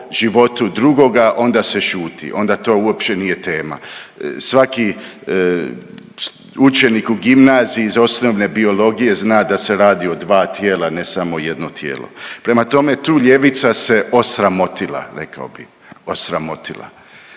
životu drugoga onda se šuti, onda to uopće nije tema. Svaki učenik u gimnaziji iz osnovne biologije zna da se radi o dva tijela, ne samo jedno tijelo. Prema tome, tu ljevica se osramotila rekao bi, osramotila.